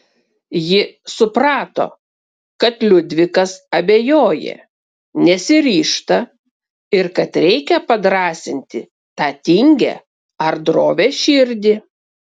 ji suprato kad liudvikas abejoja nesiryžta ir kad reikia padrąsinti tą tingią ar drovią širdį